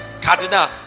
cardinal